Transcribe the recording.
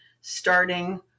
starting